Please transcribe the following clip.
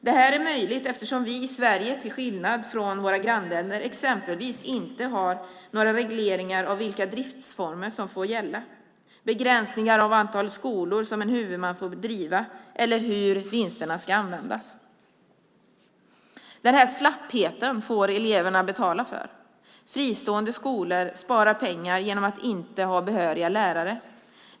Detta är möjligt eftersom vi i Sverige, till skillnad från våra grannländer, exempelvis inte har några regleringar av vilka driftsformer som får gälla, begränsningar av antal skolor som en huvudman får driva eller hur vinsterna ska användas. Den här slappheten får eleverna betala för. Fristående skolor sparar pengar genom att inte ha behöriga lärare.